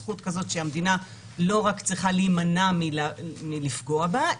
זכות כזאת שהמדינה לא רק צריכה להימנע מלפגוע בה,